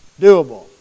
Doable